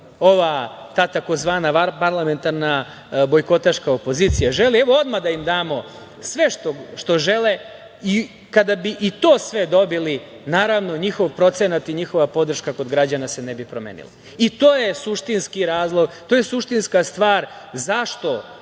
ova ta tzv. vanparlamentarna bojkotaška opozicija želi, evo, odmah da im damo sve što žele i kada bi i to sve dobili, naravno, njihov procenat i njihova podrška kod građana se ne bi promenila. To je suštinski razlog, to je suštinska stvar zašto